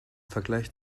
vergleich